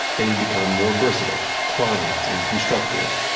they would become more versatile pliant and constructive.